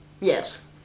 Yes